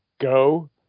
go